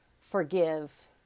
forgive